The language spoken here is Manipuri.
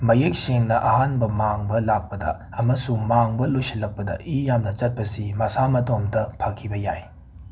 ꯃꯌꯦꯛ ꯁꯦꯡꯅ ꯑꯍꯥꯟꯕ ꯃꯥꯡꯕ ꯂꯥꯛꯄꯗ ꯑꯃꯁꯨꯡ ꯃꯥꯡꯕ ꯂꯣꯏꯁꯤꯜꯂꯛꯄꯗ ꯏ ꯌꯥꯝꯅ ꯆꯠꯄꯁꯤ ꯃꯁꯥ ꯃꯇꯣꯝꯇ ꯐꯈꯤꯕ ꯌꯥꯏ